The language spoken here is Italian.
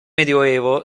medioevo